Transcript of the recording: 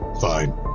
fine